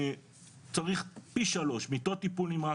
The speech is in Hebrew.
צריך פי שלוש מיטות טיפול נמרץ,